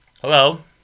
Hello